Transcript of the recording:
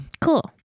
Cool